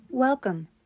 Welcome